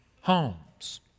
homes